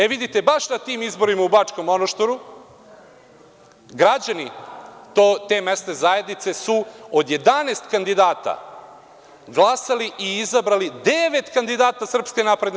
E, vidite, baš na tim izborima u Bačkom Monoštoru građani te mesne zajednice su od 11 kandidata glasali i izabrali devet kandidata SNS-a.